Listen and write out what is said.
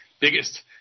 biggest